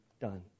done